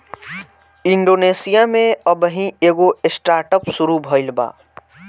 Indonesia में अबही एगो स्टार्टअप शुरू भईल बा